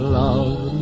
love